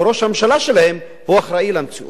או שראש הממשלה שלהם אחראי למציאות?